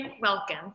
welcome